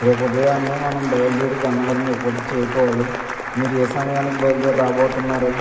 రేపు ఉదయాన్నే మనం బయల్దేరి గన్నవరం ఎయిర్పోర్టుకి చేరుకోవాలి మీరు ఏ సమయానికి బయల్దేరి రాబోతున్నారు